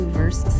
verse